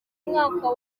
mwaka